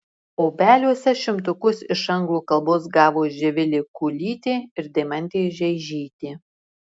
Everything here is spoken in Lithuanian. obeliuose šimtukus iš anglų kalbos gavo živilė kulytė ir deimantė žeižytė